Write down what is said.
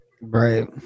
Right